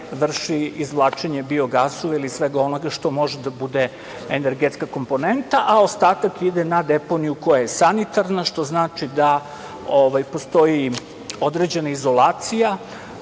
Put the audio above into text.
vrši izvlačenje biogasova ili svega onoga što može da bude energetska komponenta. Ostatak ide na deponiju koja je sanitarna, što znači da postoji određena izolacija